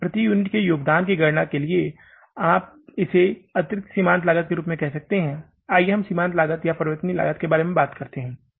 अब प्रति यूनिट के योगदान की गणना करने के लिए आप इसे अतिरिक्त सीमांत लागत के रूप में कह सकते हैं आइए हम सीमांत लागत या परिवर्तनीय लागत के बारे में बात करते हैं